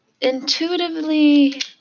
Intuitively